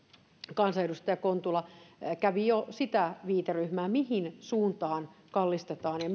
kansanedustaja kontula kävi jo keskustelua siitä viiteryhmästä mihin suuntaan kallistetaan ja